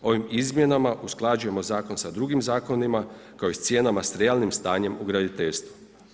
Ovim izmjenama usklađujemo zakon sa drugim zakonima kao i s cijenama s realnim stanjem u graditeljstvu.